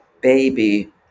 baby